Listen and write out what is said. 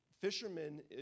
fishermen